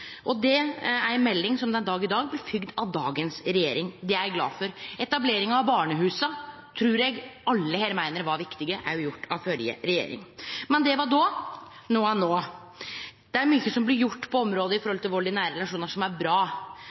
Og det er ei melding som den dag i dag blir følgd av dagens regjering – det er eg glad for. Etablering av barnehusa trur eg alle her meiner var viktig – òg gjord av førre regjering. Men det var då – no er no. Det er mykje som blir gjort på området med omsyn til vald i nære relasjonar som er bra,